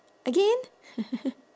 again